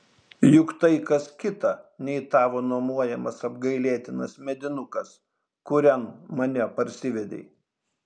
juk tai kas kita nei tavo nuomojamas apgailėtinas medinukas kurian mane parsivedei